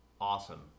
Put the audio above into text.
awesome